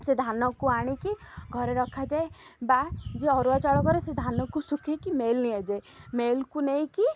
ସେ ଧାନକୁ ଆଣିକି ଘରେ ରଖାଯାଏ ବା ଯିଏ ଅରୁଆ ଚାଉଳ କରେ ସେ ଧାନକୁ ଶୁଖାଇକି ମେଳି ନିଆଯାଏ ମେଳିକୁ ନେଇକି